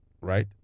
Right